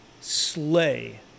slay